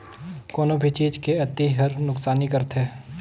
कोनो भी चीज के अती हर नुकसानी करथे